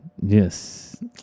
Yes